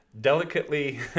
delicately